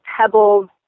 pebbled